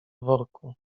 worku